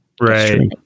Right